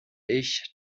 ich